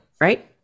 right